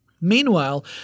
Meanwhile